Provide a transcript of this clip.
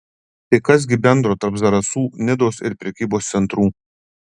tai kas gi bendro tarp zarasų nidos ir prekybos centrų